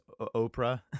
Oprah